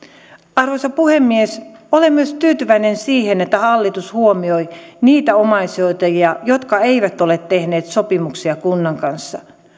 arvoisa puhemies olen myös tyytyväinen siihen että hallitus huomioi niitä omaishoitajia jotka eivät ole tehneet sopimuksia kunnan kanssa